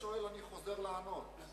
אם אתה שואל, אני חוזר לענות.